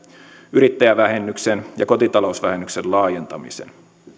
yrittäjävähennyksen ja kotitalousvähennyksen laajentamisen